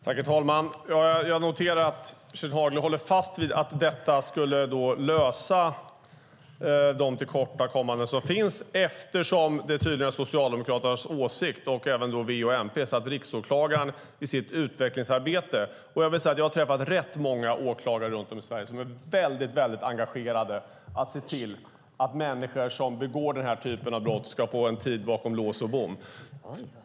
Herr talman! Jag noterar att Kerstin Haglö håller fast vid att detta skulle avhjälpa de tillkortakommanden som finns, med tanke på Socialdemokraternas, och även V:s och MP:s, åsikt om Riksåklagarens utvecklingsarbete. Jag kan säga att jag har träffat rätt många åklagare runt om i Sverige som är väldigt engagerade och ser till att människor som begår den här typen av brott ska få en tid bakom lås och bom.